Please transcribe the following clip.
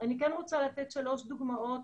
אני כן רוצה לתת שלוש דוגמאות